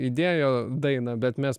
įdėjo dainą bet mes